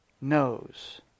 knows